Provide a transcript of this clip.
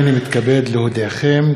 הנני מתכבד להודיעכם,